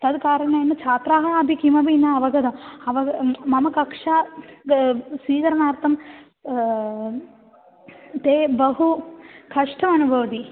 तद् कारणेन छात्राः अपि किमपि न अवगताः अवगताः मम कक्षा ग स्वीकरणार्थं ते बहु कष्टम् अनुभवन्ति